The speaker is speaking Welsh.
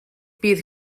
bydd